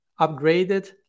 upgraded